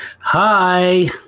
Hi